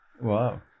Wow